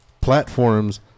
platforms